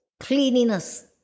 cleanliness